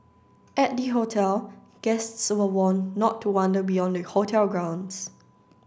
at the hotel guests were warned not to wander beyond the hotel grounds